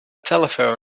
telephone